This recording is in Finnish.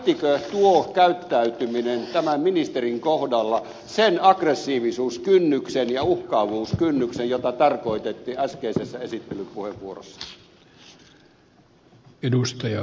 ylittikö tuo käyttäytyminen tämän ministerin kohdalla sen aggressiivisuuskynnyksen ja uhkaavuuskynnyksen jota tarkoitettiin äskeisessä esittelypuheenvuorossa